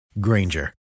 Granger